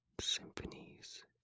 symphonies